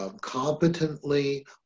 Competently